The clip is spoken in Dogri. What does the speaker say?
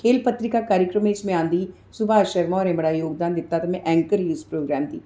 खेल पत्रिका कार्यक्रम च बी में आंदी ही सुभाष शर्मा होरें बड़ा योगदान दित्ता ते में ऐंकू ही उस प्रोग्राम दी